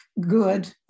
good